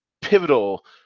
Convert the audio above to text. pivotal